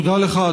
תודה לך,